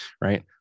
right